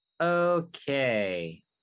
Okay